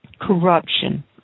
Corruption